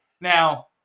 Now